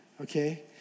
okay